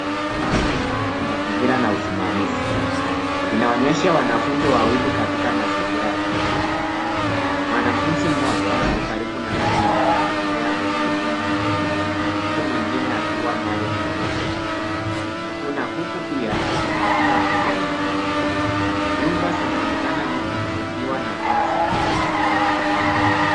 Uhifadhi wa mazingira na usimamizi. Inaonyesha wanafunzi wawili katika mazingira ya kijijini. Mwanafunzi mmoja yuko karibu na kamera akitembea kwenye mlima mdogo huku mwengine akiwa mbali kidogo. Kuna kuku pia katika picha hili. Nyumba zinaonekana nyuma zikiwa na paa za mabati.